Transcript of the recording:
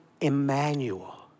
Emmanuel